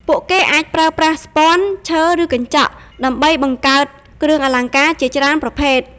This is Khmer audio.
ពួកគេអាចប្រើប្រាស់ ស្ពាន់ ឈើ ឬកញ្ចក់ ដើម្បីបង្កើតគ្រឿងអលង្ការជាច្រើនប្រភេទ។